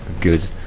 good